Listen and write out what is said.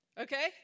Okay